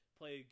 play